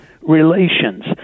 relations